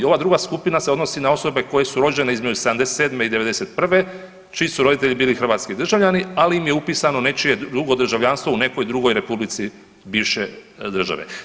Ova druga skupina se odnosi na osobe koje su rođene između '77. i '91., čiji su roditelji bili hrvatski državljani, ali im je upisano nečije drugo državljanstvo u nekoj drugoj republici bivše države.